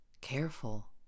Careful